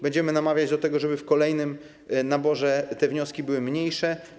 Będziemy namawiać gminę do tego, żeby w kolejnym naborze te wnioski były mniejsze.